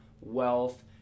wealth